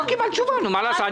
אז לא קיבלת תשובה, מה לעשות.